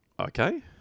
Okay